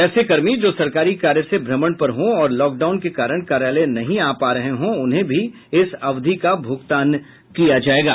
वहीं वैसे कर्मी जो सरकारी कार्य से भ्रमण पर हो और लॉक डाउन के कारण कार्यालय नहीं आ पा रहे हों उन्हें भी इस अवधि का भुगतान किया जायेगा